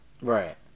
Right